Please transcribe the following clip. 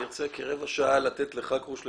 אני ארצה כרבע שעה לתת לחכרוש לדבר.